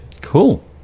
cool